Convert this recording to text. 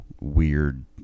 weird